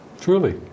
truly